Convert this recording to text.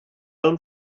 own